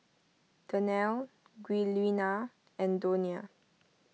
Danelle Giuliana and Donia